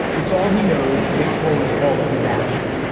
it's all he knows. it explains all of his actions.